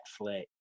Netflix